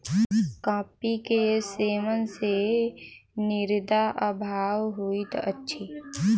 coffee के सेवन सॅ निद्रा अभाव होइत अछि